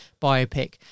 biopic